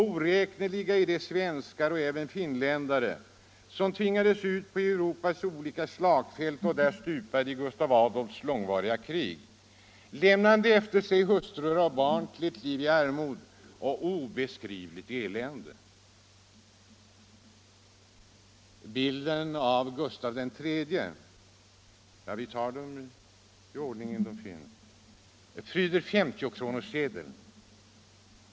Oräkneliga är de svenskar och även finländare som tvingades ut på Europas olika slagfält och där stupade i Gustav II Adolfs långvariga krig, lämnande efter sig hustrur och barn till ett liv i armod och obeskrivligt elände. Bilden av Gustav III — jag tar dem i denna ordning — ”pryder” 50 kronorssedeln.